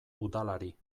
udalari